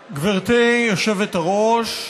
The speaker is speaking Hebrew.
היושבת-ראש,